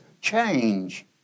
change